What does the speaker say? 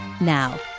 Now